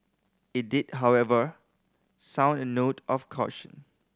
it did however sound a note of caution